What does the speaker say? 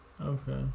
okay